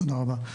תודה רבה.